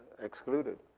excluded.